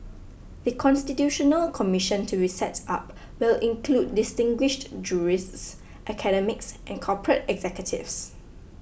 The Constitutional Commission to reset up will include distinguished jurists academics and corporate executives